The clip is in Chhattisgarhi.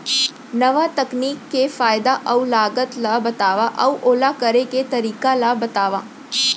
नवा तकनीक के फायदा अऊ लागत ला बतावव अऊ ओला करे के तरीका ला बतावव?